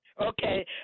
Okay